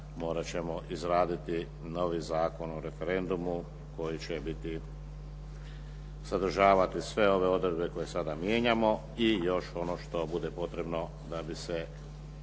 morati ćemo izraditi novi Zakon o referendumu koji će biti sadržavati sve ove odredbe koje sada mijenjamo i još ono što bude potrebno da bi se